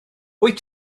wyt